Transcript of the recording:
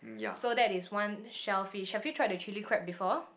so that is one shellfish have you tried the chilli crab before